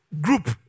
group